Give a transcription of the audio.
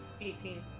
Eighteen